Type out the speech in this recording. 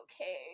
okay